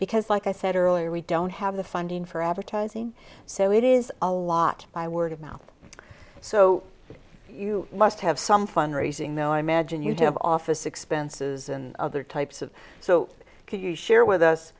because like i said earlier we don't have the funding for advertising so it is a lot by word of mouth so you must have some fund raising though i imagine you do have office expenses and other types of so could you share with us